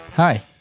Hi